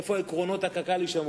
איפה יישמרו עקרונות קק"ל?